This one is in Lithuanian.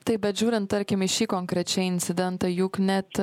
taip bet žiūrint tarkim į šį konkrečiai incidentą juk net